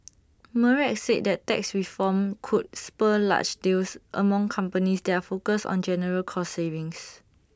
Merck said that tax reform could spur large deals among companies that are focused on general cost savings